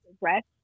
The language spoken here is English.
rest